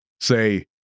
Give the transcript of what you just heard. Say